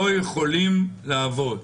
לא יכולים לעבוד.